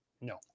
no